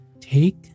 Take